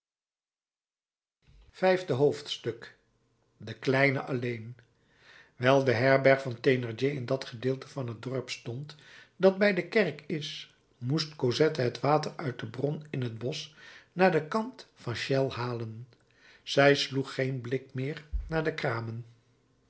vijfde hoofdstuk de kleine alleen dewijl de herberg van thénardier in dat gedeelte van t dorp stond dat bij de kerk is moest cosette het water uit de bron in het bosch naar den kant van chelles halen zij sloeg geen blik meer naar de kramen